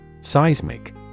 Seismic